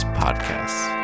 podcasts